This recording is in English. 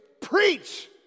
preach